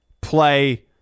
play